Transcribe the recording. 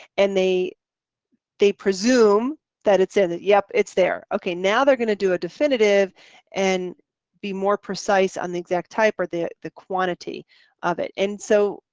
and they they presumed that it's in it, yup it's there. now, they're going to do a definitive and be more precise on the exact type or the the quantity of it and so,